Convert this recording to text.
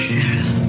Sarah